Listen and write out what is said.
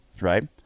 right